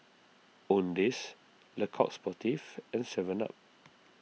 Owndays Le Coq Sportif and Seven Up